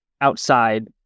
outside